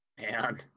Man